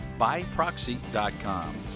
buyproxy.com